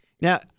Now